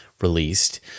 released